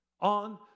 on